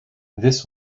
this